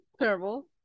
Terrible